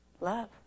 love